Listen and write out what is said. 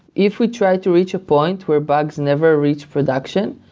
if we try to reach a point where bugs never reach production,